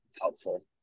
helpful